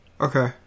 Okay